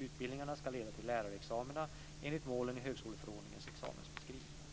Utbildningarna ska leda till lärarexamina enligt målen i högskoleförordningens examensbeskrivningar.